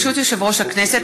ברשות יושב-ראש הכנסת,